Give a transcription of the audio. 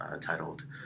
titled